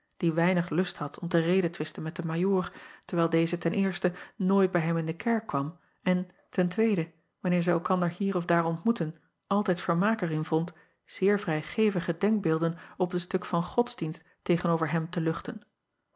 die weinig lust had om te redetwisten met den o o ajoor dewijl deze nooit bij hem in de kerk kwam en wanneer zij elkander hier of daar ontmoetten altijd vermaak er in vond zeer vrijgevige denkbeelden op t stuk van godsdienst tegen-over hem te luchten